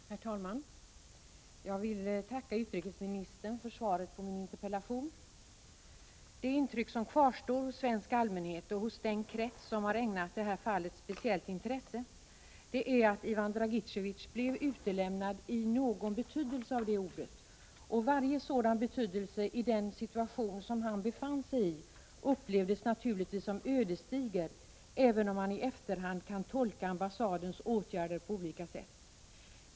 Herr talman! Jag vill tacka utrikesministern för svaret på min interpellation. Det intryck som kvarstår hos svensk allmänhet och hos den krets som har ägnat det här fallet speciellt intresse är att Ivan Dragitevié blev, i någon betydelse av ordet, utlämnad. Vilken betydelse man än lägger in i detta ord, upplevdes det naturligtvis i den situation han befann sig i som ödesdigert, även om man i efterhand kan tolka ambassadens åtgärder på olika sätt.